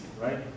right